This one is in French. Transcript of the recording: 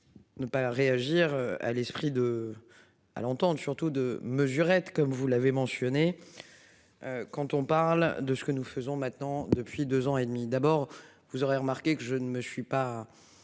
Ne pas réagir à l'esprit de à l'entendent surtout de mesurettes, comme vous l'avez mentionné. Quand on parle de ce que nous faisons maintenant depuis 2 ans et demi. D'abord, vous aurez remarqué que je ne me suis pas.